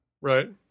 Right